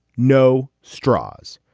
no straws.